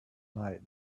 night